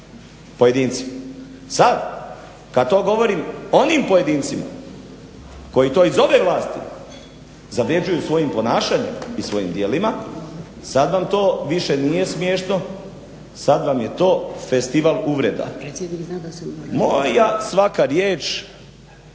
pojedincima. Sada kada to govorim onim pojedincima koji to iz ove vlasti zavređuju svojim ponašanjem i svojim djelima sada vam to više nije smiješno, sada vam je to festival uvreda. Moja svaka riječ